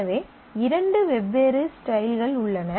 எனவே இரண்டு வெவ்வேறு ஸ்டைல்ஸ் உள்ளன